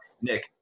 Nick